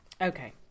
Okay